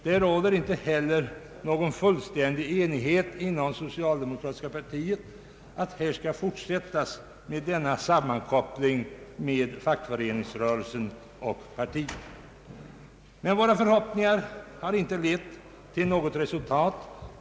Det råder inte heller någon fullständig enighet inom socialdemokratiska partiet om att denna sammankoppling mellan fackföreningsrörelsen och partiet skall bestå. Våra förhoppningar har emellertid inte lett till något resultat.